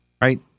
right